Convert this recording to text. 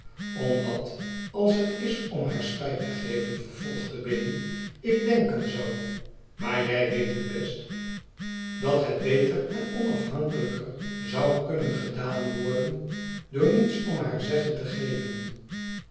omdat als het is om haar spijt te geven vervoigde biddy ik denken zou maar jij weet het best dat het beter en onafhankelijker zou kunnen gedaan worden door niets omhaar zeggen te geven